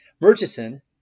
Murchison